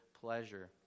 pleasure